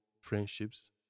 friendships